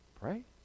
Pray